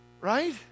Right